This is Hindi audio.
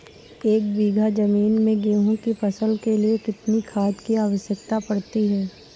एक बीघा ज़मीन में गेहूँ की फसल के लिए कितनी खाद की आवश्यकता पड़ती है?